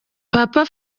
papa